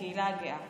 הקהילה הגאה.